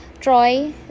troy